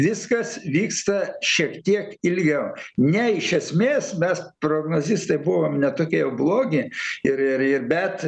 viskas vyksta šiek tiek ilgiau ne iš esmės mes prognozistai buvom ne tokie jau blogi ir ir ir bet